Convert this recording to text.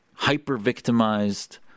hyper-victimized